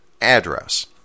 address